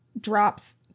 drops